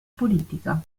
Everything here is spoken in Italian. politica